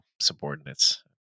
subordinates